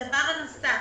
בנוסף,